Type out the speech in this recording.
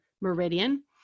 meridian